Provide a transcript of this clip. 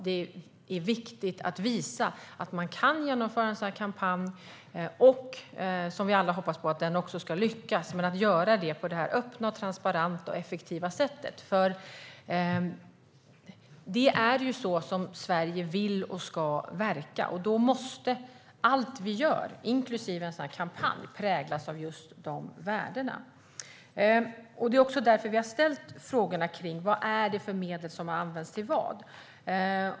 Det är viktigt att visa att man kan genomföra en sådan här kampanj och att den, som vi alla hoppas på, ska lyckas. Men det ska ske på ett öppet, transparent och effektivt sätt, för det är ju så som Sverige vill och ska verka. Då måste allt vi gör, inklusive en sådan här kampanj, präglas av dessa värden. Det är också därför vi har ställt frågan om vad det är för medel som har använts till vad.